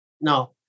now